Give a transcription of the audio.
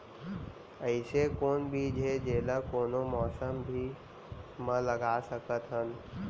अइसे कौन बीज हे, जेला कोनो मौसम भी मा लगा सकत हन?